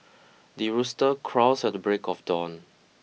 the rooster crows at the break of dawn